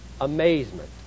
amazement